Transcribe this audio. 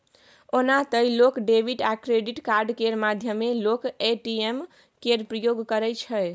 ओना तए लोक डेबिट आ क्रेडिट कार्ड केर माध्यमे लोक ए.टी.एम केर प्रयोग करै छै